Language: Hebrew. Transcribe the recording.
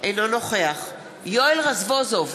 אינו נוכח יואל רזבוזוב,